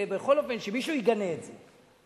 ובכל אופן שמישהו יגנה את זה.